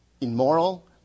immoral